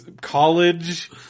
college